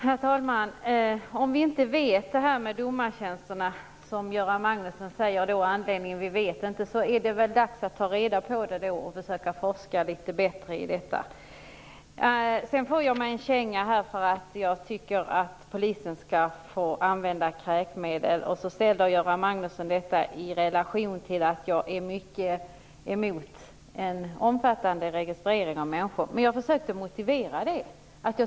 Herr talman! Göran Magnusson säger att anledningen är att vi inte vet hur det är med domartjänsterna. Då är det väl dags att ta reda på det och försöka forska litet bättre i detta? Jag får mig en känga för att jag tycker att polisen skall få använda kräkmedel. Göran Magnusson ställer det i relation till att jag är emot en omfattande registrering av människor. Jag försökte motivera detta.